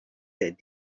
that